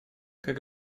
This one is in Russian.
как